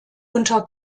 unter